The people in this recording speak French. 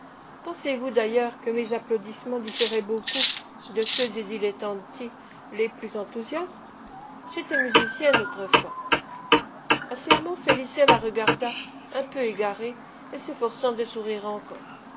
pensez-vous d'ailleurs que mes applaudissements différaient beaucoup de ceux des dilettanti les plus enthousiastes j'étais musicienne autrefois à ces mots félicien la regarda un peu égaré et s'efforçant de sourire encore